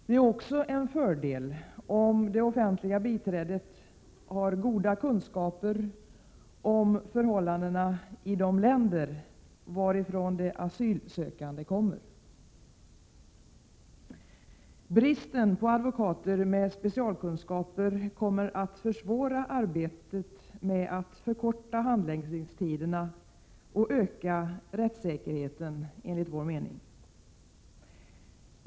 Det är också en fördel om det offentliga biträdet har goda kunskaper om förhållandena i de länder varifrån de asylsökande kommer. Bristen på advokater med specialkunskaper kommer enligt vår mening att försvåra arbetet med att förkorta handläggningstiderna och med att öka rättssäkerheten.